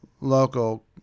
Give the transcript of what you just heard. local